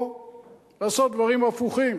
או לעשות דברים הפוכים?